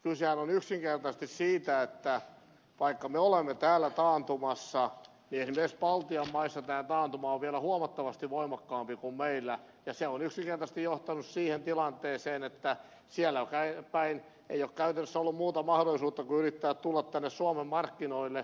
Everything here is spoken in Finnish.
kysehän on yksinkertaisesti siitä että vaikka me olemme täällä taantumassa niin esimerkiksi baltian maissa tämä taantuma on vielä huomattavasti voimakkaampi kuin meillä ja se on yksinkertaisesti johtanut siihen tilanteeseen että sielläpäin ei ole käytännössä ollut muuta mahdollisuutta kuin yrittää tulla tänne suomen markkinoille